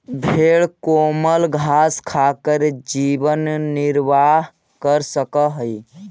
भेंड कोमल घास खाकर जीवन निर्वाह कर सकअ हई